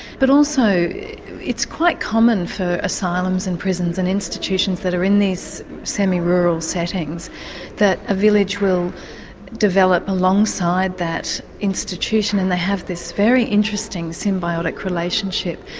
but also it's quite common for asylums and prisons and institutions that are in these semi-rural settings that a village will develop alongside that institution and they have this very interesting symbiotic relationship.